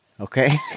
Okay